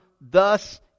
thus